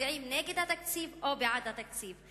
מצביעים נגד התקציב או בעד התקציב.